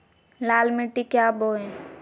लाल मिट्टी क्या बोए?